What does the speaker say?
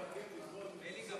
בדוח המבקר דיברו על מטוסים?